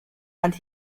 and